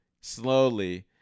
Slowly